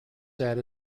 set